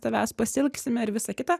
tavęs pasiilgsime ir visa kita